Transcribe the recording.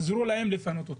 שיעזרו להם לפנות אותם.